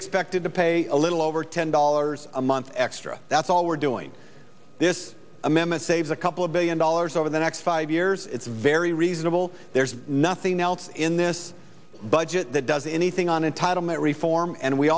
expected to pay a little over ten dollars a month extra that's all we're doing this amendment saves a couple of billion dollars over the next five years it's very reasonable there's nothing else in this budget that does anything on entitlement reform and we